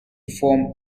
form